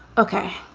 ok.